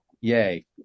yay